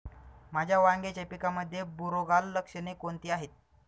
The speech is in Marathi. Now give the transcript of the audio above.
माझ्या वांग्याच्या पिकामध्ये बुरोगाल लक्षणे कोणती आहेत?